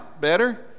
better